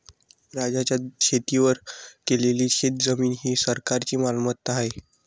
राज्याच्या शेतीवर केलेली शेतजमीन ही सरकारची मालमत्ता आहे